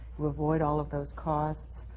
you avoid all of those costs.